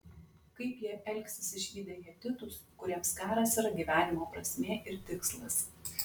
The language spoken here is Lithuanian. kaip jie elgsis išvydę hetitus kuriems karas yra gyvenimo prasmė ir tikslas